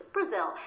Brazil